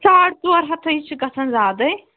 ساڈ ژور ہَتھے چھُ گَژھان زیادٕے